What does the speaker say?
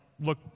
Look